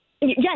yes